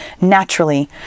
naturally